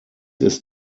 ist